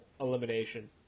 elimination